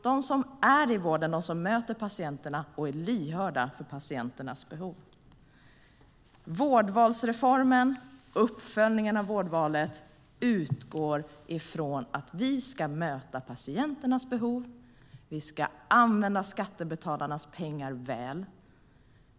Det är de som är i vården, som möter patienterna och som är lyhörda för patienternas behov. Vårdvalsreformen och uppföljningen av vårdvalet utgår ifrån att vi ska möta patienternas behov. Vi ska använda skattebetalarnas pengar väl.